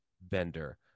Bender